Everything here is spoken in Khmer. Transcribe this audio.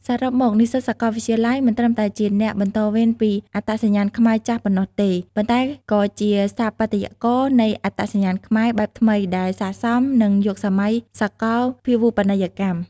សរុបមក និស្សិតសាកលវិទ្យាល័យមិនត្រឹមតែជាអ្នកបន្តវេនពីអត្តសញ្ញាណខ្មែរចាស់ប៉ុណ្ណោះទេ ប៉ុន្តែក៏ជាស្ថាបត្យករនៃអត្តសញ្ញាណខ្មែរបែបថ្មីដែលស័ក្តិសមនឹងយុគសម័យសកលភាវូបនីយកម្ម។